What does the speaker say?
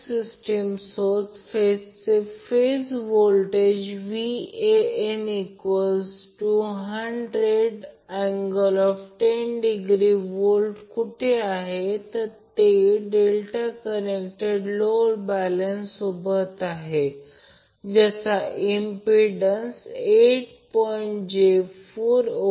जर phase voltage Van 100 angle 10o V असेल तर line voltage Vab VAB √ 3 Van असेल आत्ताच आपण पाहिले की ते √ 3 Vanअँगल 30° आहे